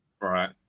Right